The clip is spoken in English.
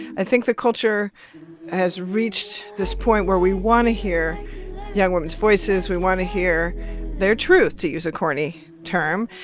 i think the culture has reached this point where we want to hear young women's voices. we want to hear their truth, to use a corny term.